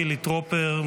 חילי טרופר,